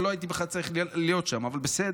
ולא הייתי בכלל צריך להיות שם אבל בסדר.